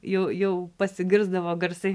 jau jau pasigirsdavo garsai